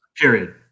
Period